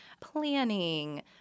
planning